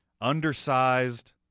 Undersized